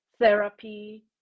therapy